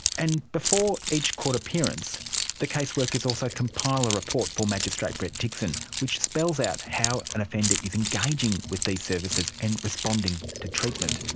and before each court appearance the case workers also compile a report for magistrate brett dixon which spells out how an offender is engaging with these services and responding to treatment.